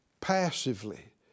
passively